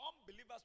Unbelievers